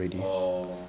orh